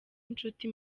inshuti